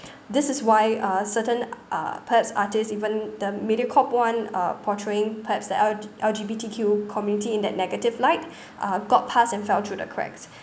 this is why uh certain uh perhaps artists even the mediacorp [one] uh portraying perhaps the L_G L_G_B_T_Q committee in that negative light uh got past and fell through the cracks